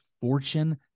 Fortune